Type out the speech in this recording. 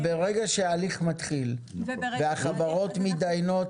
אבל ברגע שההליך מתחיל והחברות מדיינות